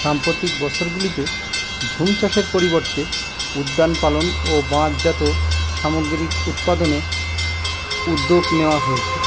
সাম্প্রতিক বছরগুলিতে ঝুম চাষের পরিবর্তে উদ্যান পালন ও বাঁশজাত সামগ্রী উৎপাদনে উদ্যোগ নেওয়া হয়েছে